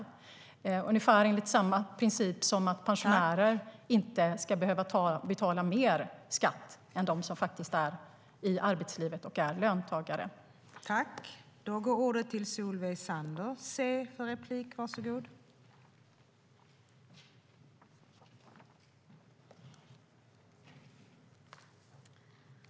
Principen är ungefär densamma som när det gäller att pensionärer inte ska behöva betala mer skatt än de som är i arbetslivet och är löntagare.